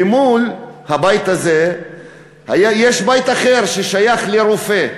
מול הבית הזה יש בית אחר, ששייך לרופא,